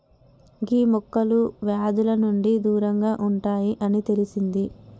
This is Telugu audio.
గీ మొక్కలు వ్యాధుల నుండి దూరంగా ఉంటాయి అని తెలిసింది